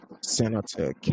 Senator